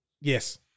Yes